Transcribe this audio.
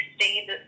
stayed